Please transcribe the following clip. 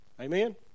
Amen